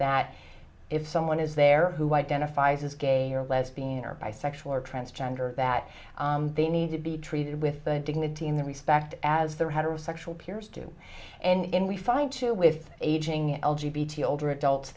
that if someone is there who identifies as gay or lesbian or bisexual or transgender that they need to be treated with the dignity and respect as their heterosexual peers do and we find too with aging l g b to older adults